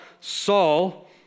Saul